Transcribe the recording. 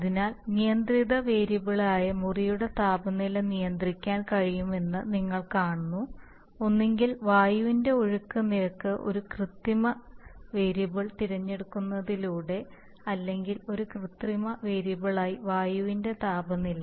അതിനാൽ നിയന്ത്രിത വേരിയബിളായ മുറിയുടെ താപനില നിയന്ത്രിക്കാൻ കഴിയുമെന്ന് നിങ്ങൾ കാണുന്നു ഒന്നുകിൽ വായുവിന്റെ ഒഴുക്ക് നിരക്ക് ഒരു കൃത്രിമ വേരിയബിളായി തിരഞ്ഞെടുക്കുന്നതിലൂടെ അല്ലെങ്കിൽ ഒരു കൃത്രിമ വേരിയബിളായി വായുവിന്റെ താപനില